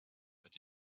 but